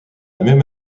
même